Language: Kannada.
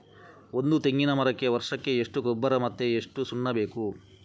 ಒಂದು ತೆಂಗಿನ ಮರಕ್ಕೆ ವರ್ಷಕ್ಕೆ ಎಷ್ಟು ಗೊಬ್ಬರ ಮತ್ತೆ ಎಷ್ಟು ಸುಣ್ಣ ಬೇಕು?